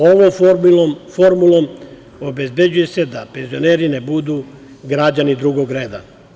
Ovom formulom obezbeđuje se da penzioneri ne budu građani drugog reda.